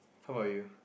how about you